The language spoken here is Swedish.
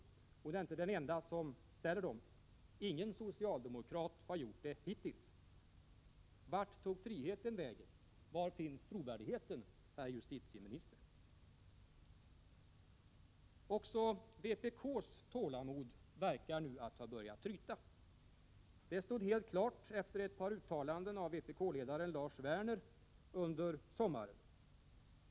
Hon är inte den enda som ställer dem, men ingen socialdemokrat har hittills svarat. Vart tog friheten vägen? Var finns trovärdigheten, herr justitieminister? Också vpk:s tålamod verkar nu ha börjat tryta. Det stod helt klart efter ett par uttalanden av vpk-ledaren Lars Werner under sommaren.